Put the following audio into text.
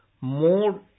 more